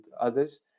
others